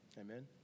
amen